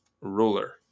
ruler